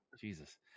jesus